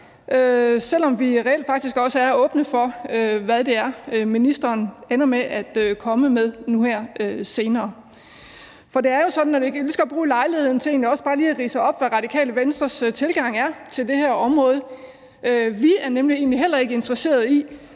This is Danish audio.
selv om vi reelt faktisk også er åbne for, hvad det er, ministeren ender med at komme med senere. Jeg kan lige så godt bruge lejligheden til egentlig også bare lige at ridse op, hvad Radikale Venstres tilgang er til det her område. Vi er nemlig heller ikke interesseret i